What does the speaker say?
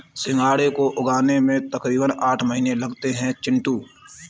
सिंघाड़े को उगने में तकरीबन आठ महीने लगते हैं चिंटू